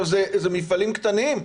אלה מפעלים קטנים.